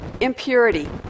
impurity